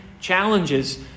challenges